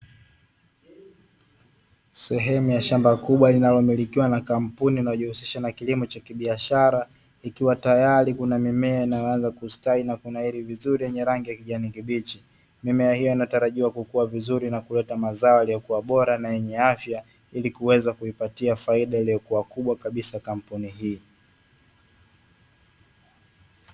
Sehemu ya shamba kubwa linalo milikiwa na kampuni inayo jihusisha na kilimo cha kibiashara ikiwa tayari kuna mimea inayo anza kustawi na kunawili vizuri yenye rangi ya kijani kibichi, mimea hiyo inatarajiwa kukua vizuri na kuleta mazao yaliyo kuwa bora na yenye afya ili kuipatia faida iliyo kubwa kabisa kampuni hii.